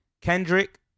Kendrick